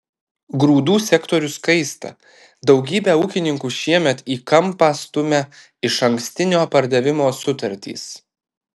grūdų sektorius kaista daugybę ūkininkų šiemet į kampą stumia išankstinio pardavimo sutartys